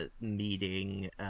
meeting